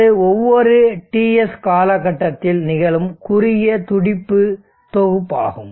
அது ஒவ்வொரு TS காலக்கட்டத்தில் நிகழும் குறுகிய துடிப்பு தொகுப்பு ஆகும்